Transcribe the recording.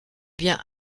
bien